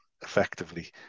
effectively